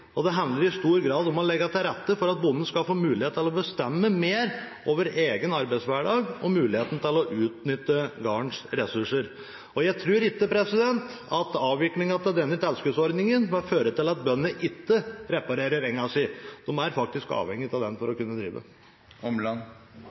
Det handler i stor grad om å legge til rette for at bonden skal få mulighet til å bestemme mer over egen arbeidshverdag og muligheten til å utnytte gårdens ressurser. Jeg tror ikke at en avvikling av denne tilskuddsordningen vil føre til at bøndene ikke reparerer engen sin, man er faktisk avhengig av den for å kunne drive.